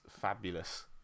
fabulous